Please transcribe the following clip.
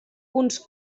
punts